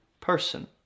person